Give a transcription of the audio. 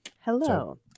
Hello